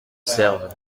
serve